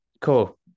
cool